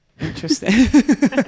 Interesting